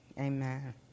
Amen